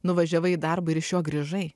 nuvažiavai į darbą ir iš jo grįžai